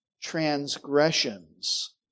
transgressions